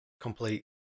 complete